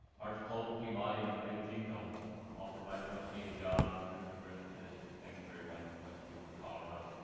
arch coal, peabody, and rio tinto all provide much needed jobs in the third congressional district. thank you very much for what you do for colorado.